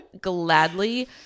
gladly